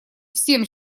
всем